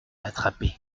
attrapé